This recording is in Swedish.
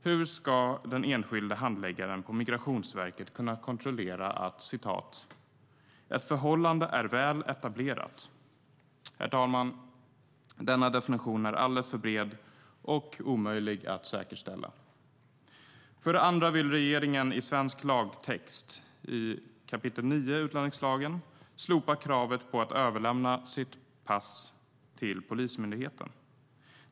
Hur ska den enskilda handläggaren på Migrationsverket kunna kontrollera att "förhållandet är väl etablerat"? Denna definition är alldeles för bred, herr talman, och omöjlig att säkerställa. För det andra vill regeringen i svensk lagtext i kap. 9 utlänningslagen slopa kravet på att överlämna sitt pass till Polismyndigheten.